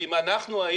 אם אנחנו היינו